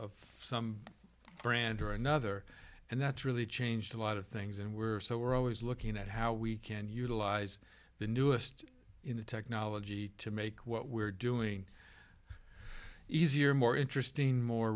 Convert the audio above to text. and some brand or another and that's really changed a lot of things and were so we're always looking at how we can utilize the newest technology to make what we're doing easier more interesting more